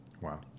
Wow